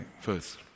First